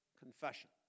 Confession